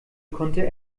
konnte